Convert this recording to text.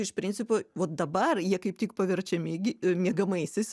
iš principo vot dabar jie kaip tik paverčiami gi miegamaisiais